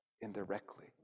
indirectly